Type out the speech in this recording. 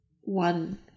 one